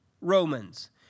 Romans